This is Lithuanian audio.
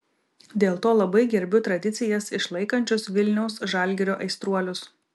dėl to labai gerbiu tradicijas išlaikančius vilniaus žalgirio aistruolius